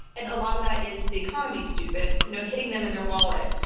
and a lot of that is the economy, stupid, you know, hitting them in their wallet.